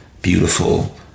beautiful